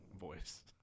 Voice